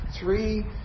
three